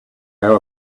how